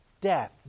death